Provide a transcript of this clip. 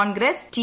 Congress T